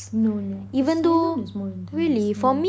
no no the Cylon is more intense yeah